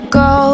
go